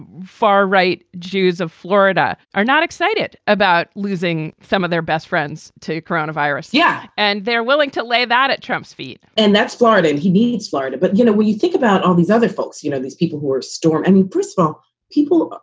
far right jews of florida are not excited about losing some of their best friends to crown a virus. yeah, and they're willing to lay that at trump's feet and that's florida and he needs florida. but, you know, when you think about all these other folks, you know, these people who are storm and presnell people,